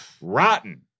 rotten